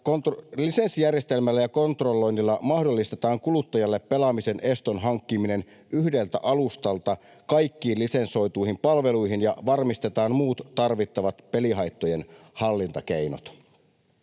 Lisenssijärjestelmällä ja kontrolloinnilla mahdollistetaan kuluttajalle pelaamisen eston hankkiminen yhdeltä alustalta kaikkiin lisensoituihin palveluihin ja varmistetaan muut tarvittavat pelihaittojen hallintakeinot.